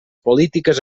polítiques